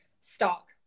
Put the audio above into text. stock